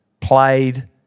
played